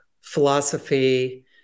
philosophy